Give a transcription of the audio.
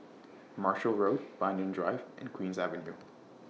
Marshall Road Banyan Drive and Queen's Avenue